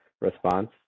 Response